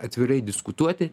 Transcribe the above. atvirai diskutuoti